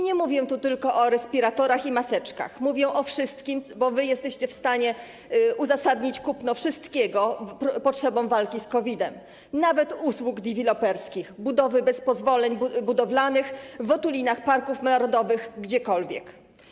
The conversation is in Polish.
Nie mówię tu tylko o respiratorach i maseczkach, mówię o wszystkim, bo wy jesteście w stanie uzasadnić kupno wszystkiego potrzebą walki z COVID-em - chodzi nawet o usługi deweloperskie, budowy bez pozwoleń budowlanych, w otulinach parków narodowych, gdziekolwiek.